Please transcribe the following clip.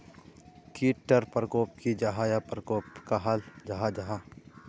कीट टर परकोप की जाहा या परकोप कहाक कहाल जाहा जाहा?